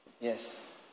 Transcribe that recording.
Yes